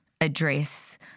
address